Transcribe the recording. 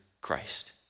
Christ